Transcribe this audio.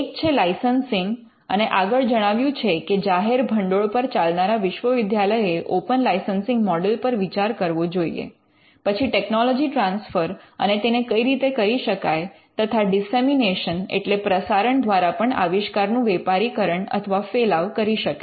એક છે લાઇસન્સિંગ અને આગળ જણાવ્યું છે કે જાહેર ભંડોળ પર ચાલનારા વિશ્વવિદ્યાલય એ ઓપન લાઇસન્સિંગ મૉડલ પર વિચાર કરવો જોઈએ પછી ટેકનોલોજી ટ્રાન્સફર અને તેને કઈ રીતે કરી શકાય તથા ડિસેમિનેશન એટલે પ્રસારણ દ્વારા પણ આવિષ્કારનું વેપારીકરણ અથવા ફેલાવ કરી શકાય